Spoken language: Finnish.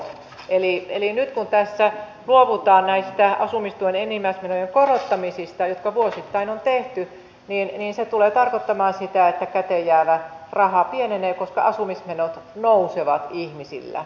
eli nyt kun tässä luovutaan näistä asumistuen enimmäismenojen korottamisista jotka vuosittain on tehty niin se tulee tarkoittamaan sitä että käteenjäävä raha pienenee koska asumismenot nousevat ihmisillä